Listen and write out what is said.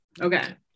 Okay